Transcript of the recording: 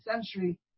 century